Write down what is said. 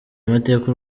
mateka